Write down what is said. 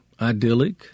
idyllic